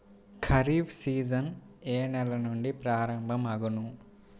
Kharif season ఏ నెల నుండి ప్రారంభం అగును?